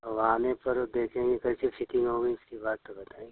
अब आने पर देखेंगे कैसे सेटिंग होगी इसके बाद तो बताएँगे